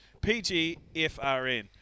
P-G-F-R-N